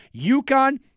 UConn